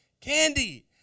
Candy